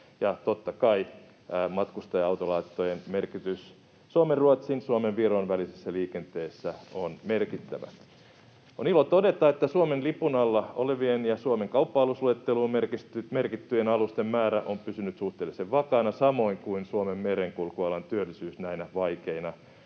Ja totta kai matkustaja-autolauttojen merkitys Suomen ja Ruotsin sekä Suomen ja Viron välisessä liikenteessä on merkittävä. On ilo todeta, että Suomen lipun alla olevien ja Suomen kauppa-alusluetteloon merkittyjen alusten määrä on pysynyt suhteellisen vakaana samoin kuin Suomen merenkulkualan työllisyys näinä vaikeinakin